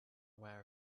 aware